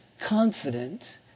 confident